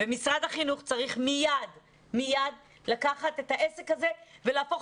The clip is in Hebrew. משרד החינוך צריך מיד לקחת את הנושא הזה ולהפוך